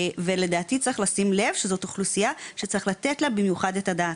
ולדעתי צריך לשים לב שזו אוכלוסייה שצריך לתת עליהם את הדעת.